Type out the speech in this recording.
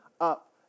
up